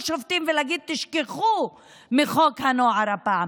שופטים ולהגיד: תשכחו מחוק הנוער הפעם.